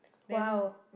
!wow!